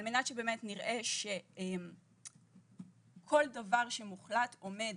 על מנת שבאמת נראה שכל דבר שמוחלט עומד